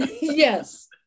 Yes